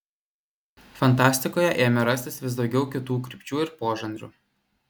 fantastikoje ėmė rastis vis daugiau kitų krypčių ir požanrių